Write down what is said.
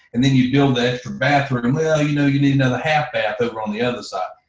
and then you build an extra bathroom well you know you need another half bath, over on the other side.